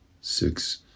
six